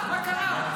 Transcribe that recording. מה קרה?